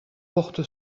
porte